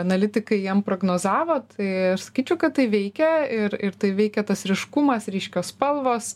analitikai jiem prognozavo tai aš sakyčiau kad tai veikia ir ir tai veikia tas ryškumas ryškios spalvos